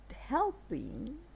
helping